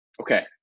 okay